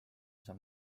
osa